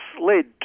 led